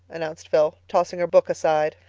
announced phil, tossing her book aside.